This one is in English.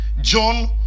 John